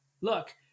look